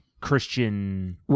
Christian